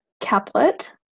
caplet